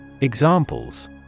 Examples